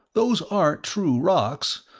those aren't true rocks,